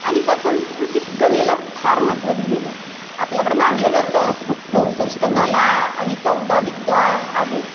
आणि त्या संस्कृतीत कलेला फार महत्व दिलेले आहे आपल्याकडं मानलं जातं चौसष्ट कला आणि चौदा विद्या आहेत